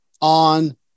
On